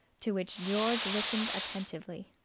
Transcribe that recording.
to which george listened attentively.